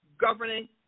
governing